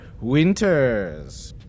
Winters